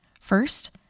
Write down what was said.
First